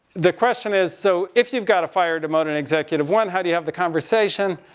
the question is, so if you've gotta fire and ah the and executive. one, how do you have the conversation.